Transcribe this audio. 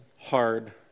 hard